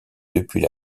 depuis